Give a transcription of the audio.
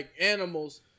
animals